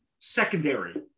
secondary